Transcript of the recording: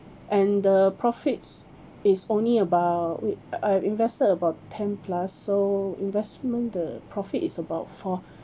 and the profits is only about w~ I invested about ten plus so investment the profit is about four